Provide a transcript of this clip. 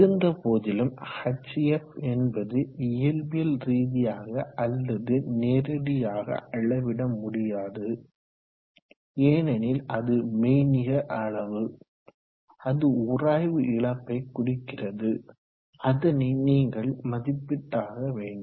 இருந்தபோதிலும் hf என்பது இயல்பியல் ரீதியாக அல்லது நேரடியாக அளவிட முடியாது ஏனெனில் அது மெய்நிகர் அளவு அது உராய்வு இழப்பை குறிக்கிறது அதனை நீங்கள் மதிப்பிட்டாக வேண்டும்